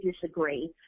disagree